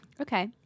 Okay